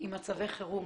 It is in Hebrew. עם מצבי חירום.